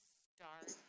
start